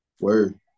Word